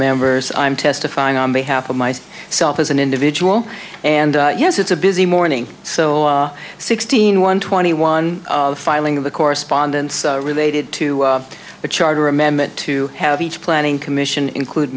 members i'm testifying on behalf of my self as an individual and yes it's a busy morning so sixteen one twenty one filing of the correspondence related to the charter amendment to have each planning commission include